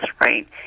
Right